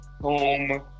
Home